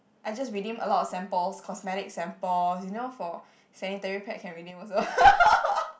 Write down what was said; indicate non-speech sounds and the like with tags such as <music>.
I just redeem a lot of samples cosmetic samples you know for sanitary pad can redeem also <laughs>